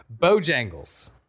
Bojangles